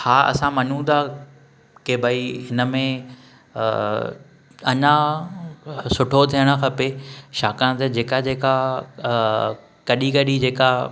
हा असां मञू था के भाई हिन में अञा सुठो थियणु खपे छाकाणि त जेका जेका कॾहिं कॾहिं जेका